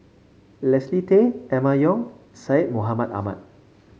Leslie Tay Emma Yong Syed Mohamed Ahmed